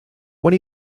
when